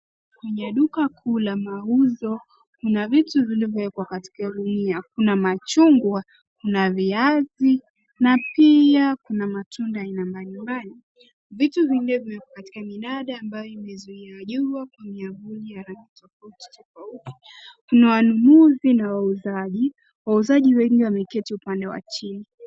Kwenye duka kuu la mauzo kuna vitu vilivyowekwa katika gunia. Kuna machungwa, viazi na pia kuna matunda aina mbali mbali. Vitu vingine viko katika minada inayozuia jua kuvunya vunya rangi tofauti tofauti. Kuna wanunuzi na wauzaji, wauzaji wengi wameketi upande wa chini.